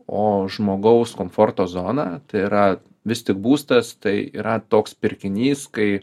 o žmogaus komforto zona tai yra vis tik būstas tai yra toks pirkinys kai